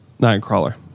Nightcrawler